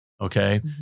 Okay